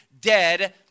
dead